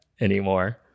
anymore